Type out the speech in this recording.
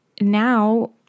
now